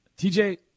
TJ